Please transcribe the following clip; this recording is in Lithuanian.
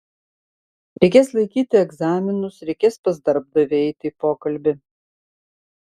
reikės laikyti egzaminus reikės pas darbdavį eiti į pokalbį